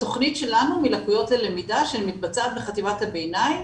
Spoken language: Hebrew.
בתכנית שלנו "מלקויות ללמידה" שמתבצעת בחטיבת הביניים